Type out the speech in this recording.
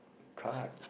card